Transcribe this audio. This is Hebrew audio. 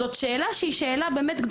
זוהי שאלה גדולה,